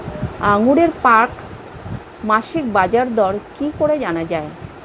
আঙ্গুরের প্রাক মাসিক বাজারদর কি করে জানা যাবে?